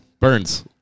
Burns